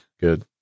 good